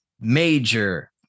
major